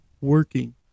working